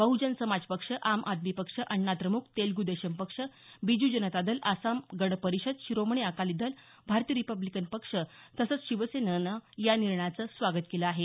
बहुजन समाज पक्ष आम आदमी पक्ष अण्णद्रमुक तेलगु देशम पक्ष बिजू जनता दल आसाम गण परिषद शिरोमणी अकाली दल भारतीय रिपब्लीकन पक्ष तसंच शिवसेनेनं या निर्णयाचं स्वागत केलं आहे